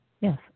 Yes